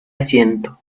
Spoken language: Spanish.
asiento